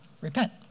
repent